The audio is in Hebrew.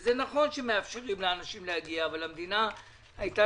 זה נכון שמאפשרים לאנשים להגיע אבל המדינה הייתה